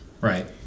Right